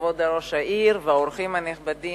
כבוד ראש העיר והאורחים הנכבדים,